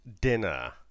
dinner